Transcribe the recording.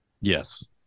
Yes